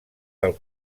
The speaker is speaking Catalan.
del